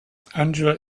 angela